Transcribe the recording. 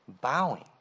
bowing